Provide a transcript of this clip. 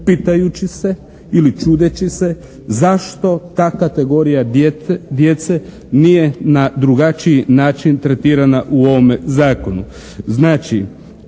pitajući se ili čudeći se zašto ta kategorija djece nije na drugačiji način tretirana u ovome zakonu.